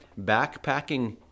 backpacking